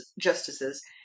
justices